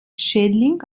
schädling